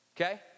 Okay